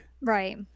Right